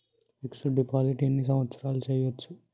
Fix డ్ deposit ఎన్ని సంవత్సరాలు చేయచ్చు?